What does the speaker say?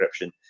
encryption